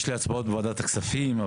יש לי הצבעות בוועדת כספים.